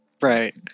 Right